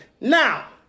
Now